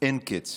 אין-קץ